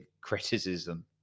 criticism